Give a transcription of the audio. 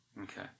Okay